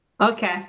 Okay